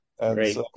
Great